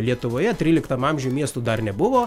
lietuvoje tryliktam amžiuj miestų dar nebuvo